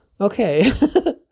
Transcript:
Okay